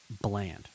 bland